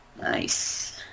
nice